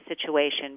situation